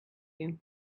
you